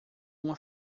uma